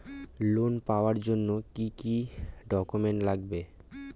Loan পাওয়ার জন্যে কি কি ডকুমেন্ট লাগবে?